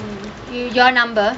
you your number